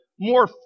More